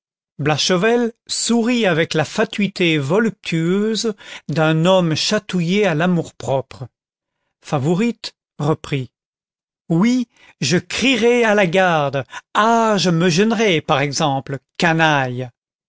blachevelle sourit avec la fatuité voluptueuse d'un homme chatouillé à l'amour-propre favourite reprit oui je crierais à la garde ah je me gênerais par exemple canaille